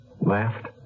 laughed